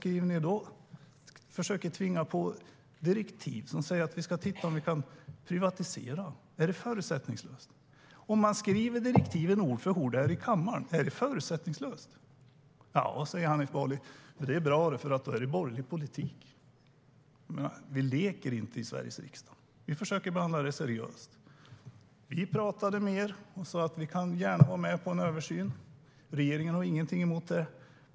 Varför försöker ni då tvinga på direktiv som säger att vi ska titta om vi kan privatisera? Är det förutsättningslöst? Om man skriver direktiven ord för ord här i kammaren, är det då förutsättningslöst? Hanif Bali nickar. Han tycker att det är bra, för då blir det borgerlig politik. Vi leker inte i Sveriges riksdag. Vi försöker behandla ärenden seriöst. Vi pratade med er och sa att vi gärna kan vara med på en översyn. Regeringen har ingenting emot det.